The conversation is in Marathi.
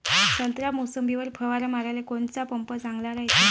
संत्रा, मोसंबीवर फवारा माराले कोनचा पंप चांगला रायते?